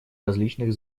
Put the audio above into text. различных